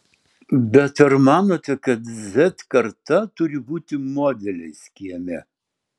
bet ar manote kad z karta turi būti modeliais kieme